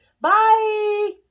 bye